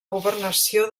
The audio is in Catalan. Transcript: governació